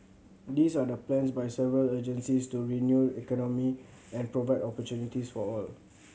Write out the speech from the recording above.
these are the plans by several agencies to renew economy and provide opportunities for all